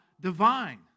divine